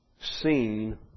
seen